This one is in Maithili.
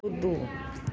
कुदू